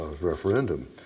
referendum